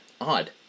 Odd